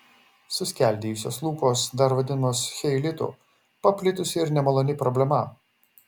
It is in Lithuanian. suskeldėjusios lūpos dar vadinamos cheilitu paplitusi ir nemaloni problema